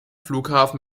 flughafen